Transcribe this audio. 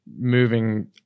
moving